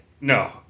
No